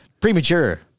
Premature